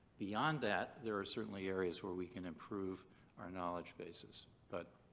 beyond that there are certainly areas where we could improve our knowledge bases, but,